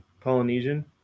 Polynesian